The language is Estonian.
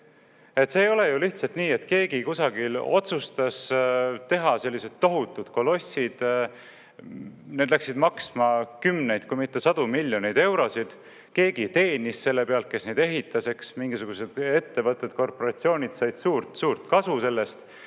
See ei ole ju lihtsalt nii, et keegi kusagil otsustas teha sellised tohutud kolossid. Need läksid maksma kümneid, kui mitte sadu miljoneid eurosid. Keegi, kes neid ehitas, teenis selle pealt, mingisugused ettevõtted, korporatsioonid said suurt kasu sellest